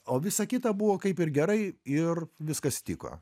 o visa kita buvo kaip ir gerai ir viskas tiko